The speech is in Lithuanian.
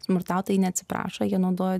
smurtautojai neatsiprašo jie naudoja